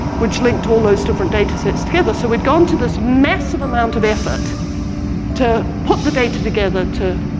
which linked all those different data sets together so, we'd gone to this massive amount of effort to put the data together to